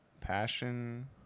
Passion